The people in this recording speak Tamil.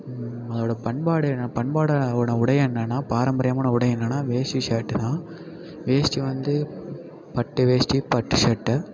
அதோடய பண்பாடு என்ன பண்பாடான ஓட உடை என்னென்னா பாரம்பரியமான உடை என்னென்னா வேஷ்ட்டி ஷேர்ட்டு தான் வேஷ்ட்டி வந்து பட்டு வேஷ்ட்டி பட்டு ஷேர்ட்டு